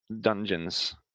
dungeons